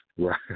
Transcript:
Right